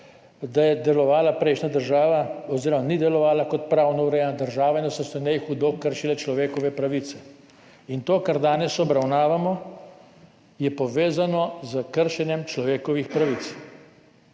piše, da prejšnja država ni delovala kot pravno urejena država in da so se v njej hudo kršile človekove pravice. To, kar danes obravnavamo, je povezano s kršenjem človekovih pravic,